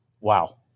Wow